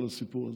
כל הסיפור הזה.